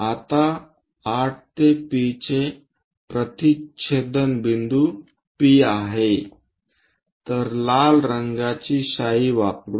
आता 8 ते P चे प्रतिच्छेदन बिंदू P आहे तर लाल रंगाची शाई वापरू